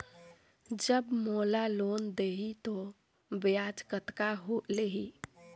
जब मोला लोन देही तो ब्याज कतना लेही?